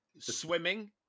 swimming